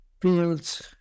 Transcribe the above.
fields